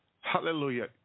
Hallelujah